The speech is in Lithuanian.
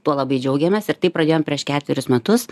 tuo labai džiaugiamės ir tai pradėjom prieš ketverius metus